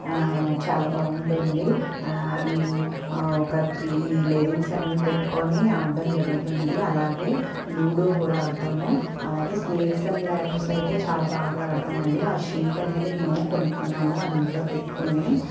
చాలా బాగుంటుంది అది ఒక త్రీ లెవెల్స్ అనేవి పెట్టుకొని ఆడడం జరుగుతుంది అలాగే లూడో కూడా ఆడుతాము అలాగే స్నేక్స్ అండ్ లాడెర్స్ అయితే చాలా బాగా అడుతామండి ఆ షీట్ అనేది మేము కొనుక్కున్నాము అది ఇంట్లో పెట్టుకొని